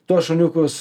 tuos šuniukus